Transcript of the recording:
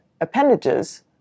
appendages